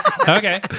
Okay